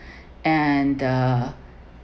and the